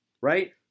right